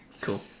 Cool